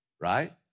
right